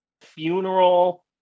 funeral